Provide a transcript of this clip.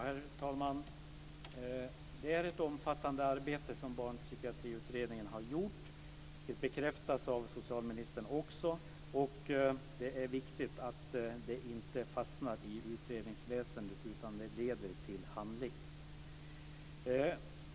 Herr talman! Det är ett omfattande arbete som Barnpsykiatriutredningen har gjort. Det bekräftas av socialministern. Det är viktigt att det inte fastnar i utredningsväsendet, utan leder till handling.